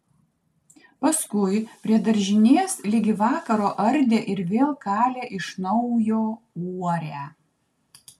paskui prie daržinės ligi vakaro ardė ir vėl kalė iš naujo uorę